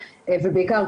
ובעיקר,